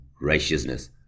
righteousness